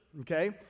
okay